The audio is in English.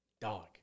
dog